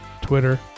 Twitter